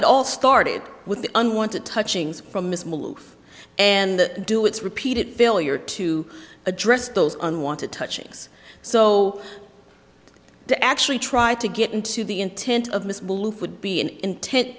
it all started with the unwanted touching from miss maloof and do it's repeated failure to address those unwanted touching so to actually try to get into the intent of misbelief would be an inten